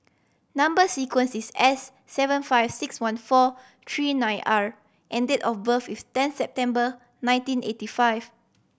number sequence is S seven five six one four three nine R and date of birth is ten September nineteen eighty five